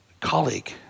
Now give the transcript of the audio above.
colleague